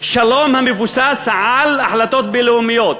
שלום המבוסס על החלטות בין-לאומיות,